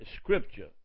scripture